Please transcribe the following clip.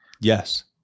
Yes